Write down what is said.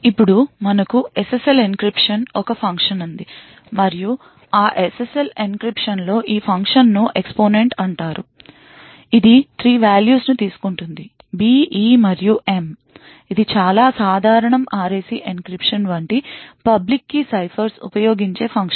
ఇప్పుడు మనకు SSL encryption ఒక ఫంక్షన్ ఉంది మరియు ఆ SSL encryption లో ఈ ఫంక్షన్ను ఎక్స్పోనెంట్ అంటారు ఇది 3 వాల్యూస్ ని తీస్కుంటుంది b e మరియు m ఇది చాలా సాధారణం RAC encryption వంటి పబ్లిక్ key ciphers ఉపయోగించే ఫంక్షన్